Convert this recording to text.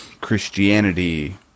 Christianity